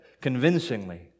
convincingly